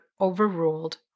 overruled